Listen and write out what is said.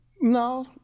No